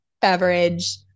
beverage